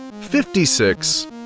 fifty-six